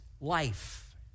life